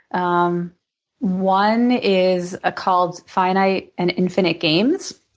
um one is ah called finite and infinite games,